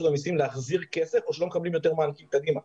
המסים להחזיר כסף או שלא מקבלים יותר מענקים קדימה.